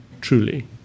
truly